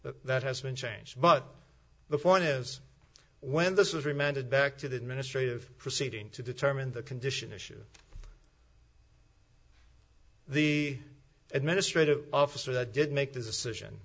that has been changed but the point is when this was remanded back to the administrative proceeding to determine the condition issue the administrative officer that did make this decision